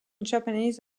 japanese